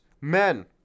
Men